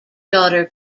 daughter